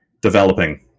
developing